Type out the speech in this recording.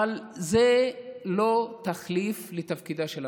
אבל זה לא תחליף לתפקידה של הממשלה.